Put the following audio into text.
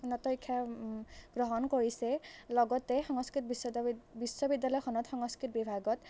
উন্নত শিক্ষা গ্ৰহণ কৰিছে লগতে সংস্কৃত বিশ্ব বিশ্ববিদ্যালয়খনত সংস্কৃত বিভাগত